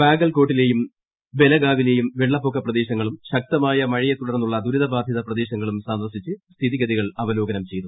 ബാഗൽകോട്ടിലേയും ബെലഗാവിയിലെയും വെള്ളപ്പൊക്ക പ്രദേശങ്ങളും ശക്തമായ മഴയെ തുടർന്നുള്ള ദുരിതബാധിത പ്രദേശങ്ങളും സന്ദർശിച്ച് സ്ഥിതിഗതികൾ അവലോകനം ചെയ്തു